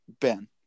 Ben